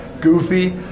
goofy